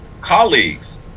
colleagues